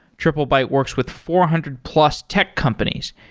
triplebyte works with four hundred plus tech companies,